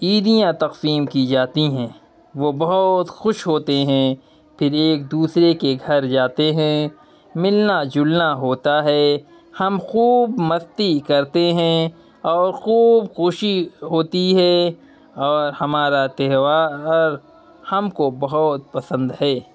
عیدیاں تقسیم کی جاتی ہیں وہ بہت خوش ہوتے ہیں پھر ایک دوسرے کے گھر جاتے ہیں ملنا جلنا ہوتا ہے ہم خوب مستی کرتے ہیں اور خوب خوشی ہوتی ہے اور ہمارا تیہوار ہم کو بہت پسند ہے